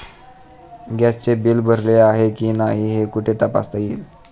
गॅसचे बिल भरले आहे की नाही हे कुठे तपासता येईल?